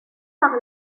par